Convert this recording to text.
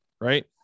right